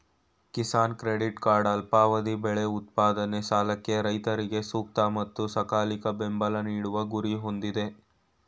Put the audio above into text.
Kisan credit card ಅಲ್ಪಾವಧಿ ಬೆಳೆ ಉತ್ಪಾದನೆ ಸಾಲಕ್ಕೆ ರೈತರಿಗೆ ಸೂಕ್ತ ಮತ್ತು ಸಕಾಲಿಕ ಬೆಂಬಲ ನೀಡುವ ಗುರಿ ಹೊಂದಯ್ತೆ